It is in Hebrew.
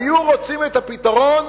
היו רוצים את הפתרון